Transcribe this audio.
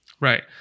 Right